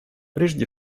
прежде